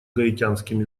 гаитянским